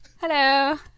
hello